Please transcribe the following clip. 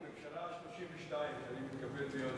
נכון, הממשלה ה-32, שאני מתכבד להיות